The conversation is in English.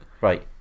right